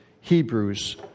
Hebrews